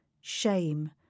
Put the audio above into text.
Shame